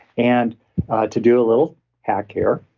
and to do a little hack here.